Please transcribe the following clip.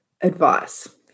advice